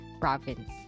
province